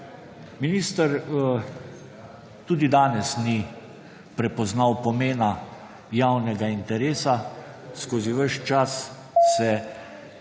Minister tudi danes ni prepoznal pomena javnega interesa. Skozi ves čas se